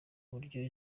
uburyo